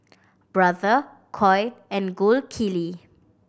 Brother Koi and Gold Kili